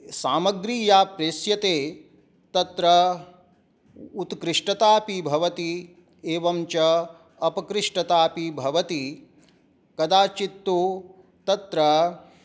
सामग्री या प्रेष्यते तत्र उत्कृष्टताऽपि भवति एवञ्च अपकृष्टताऽपि भवति कदाचित्तु तत्र